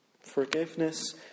forgiveness